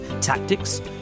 tactics